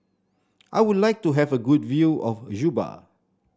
I would like to have a good view of Juba